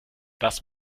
das